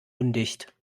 undicht